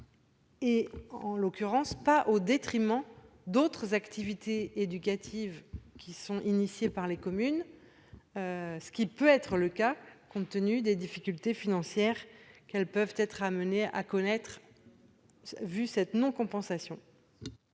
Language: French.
et en l'occurrence pas au détriment d'autres activités éducatives qui sont initiées par les communes, ce qui peut être le cas, compte tenu des difficultés financières qu'elles peuvent être amenés à connaître vu cette non-compensation.